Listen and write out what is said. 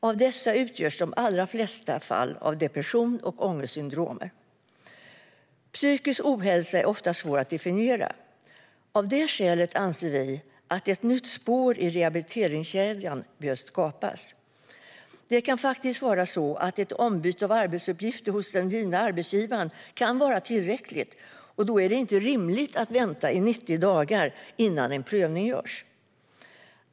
Av dessa utgörs de allra flesta fall av depression och ångestsyndrom. Psykisk ohälsa är ofta svår att definiera. Av det skälet anser vi att ett nytt spår i rehabiliteringskedjan behöver skapas. Det kan vara så att ett ombyte av arbetsuppgifter hos den arbetsgivare man har kan vara tillräckligt, och då är det inte rimligt att vänta i 90 dagar innan en prövning görs.